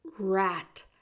rat